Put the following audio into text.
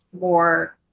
more